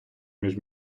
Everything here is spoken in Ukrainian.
між